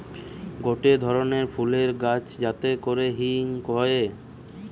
গটে ধরণের ফুলের গাছ যাতে করে হিং হয়ে